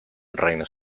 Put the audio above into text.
reina